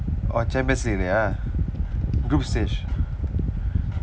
oh chairman stage இல்லையா:illaiyaa group stage